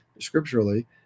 scripturally